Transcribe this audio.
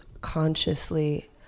consciously